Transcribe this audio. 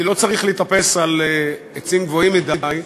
אני לא צריך לטפס על עצים גבוהים מדי,